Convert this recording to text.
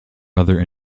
other